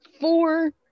four